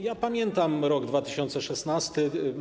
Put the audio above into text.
Ja pamiętam rok 2016.